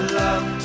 love